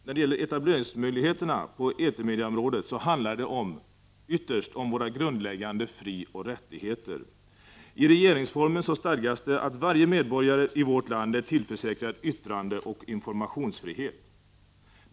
När det gäller etableringsmöjligheterna på etermediaområdet handlar det ytterst om våra grundläggande frioch rättigheter. I regeringsformen stadgas att varje medborgare i vårt land är tillförsäkrad yttrandeoch informationsfrihet.